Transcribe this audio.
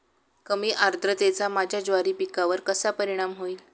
कमी आर्द्रतेचा माझ्या ज्वारी पिकावर कसा परिणाम होईल?